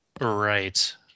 Right